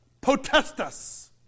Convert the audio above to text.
potestas